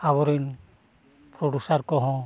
ᱟᱵᱚ ᱨᱤᱱ ᱯᱨᱚᱰᱩᱥᱟᱨ ᱠᱚᱦᱚᱸ